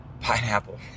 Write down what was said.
pineapple